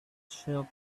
shelf